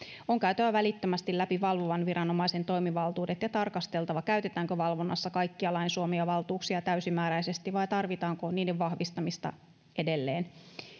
on käytävä välittömästi läpi valvovan viranomaisen toimivaltuudet ja tarkasteltava käytetäänkö valvonnassa kaikkia lain suomia valtuuksia täysimääräisesti vai tarvitaanko niiden vahvistamista edelleen